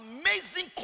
Amazing